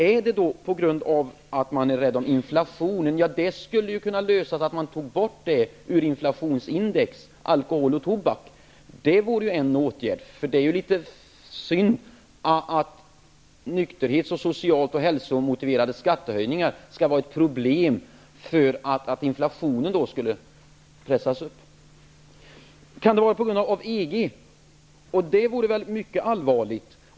Är det för att man är rädd för inflationen? Man skulle i så fall kunna lösa det genom att ta bort alkolhol och tobak från inflationsindex. Det vore en åtgärd. Det är litet synd att skattehöjningar som är motiverade av nykterhets och hälssoskäl och på sociala grunder skall vara ett problem så till vida att inflationen skulle pressas upp. Kan EG vara orsaken? Det vore i så fall mycket allvarligt.